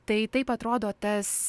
tai taip atrodo tas